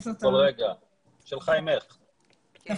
של חיים הכט.